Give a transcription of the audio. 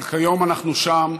אבל כיום אנחנו שם,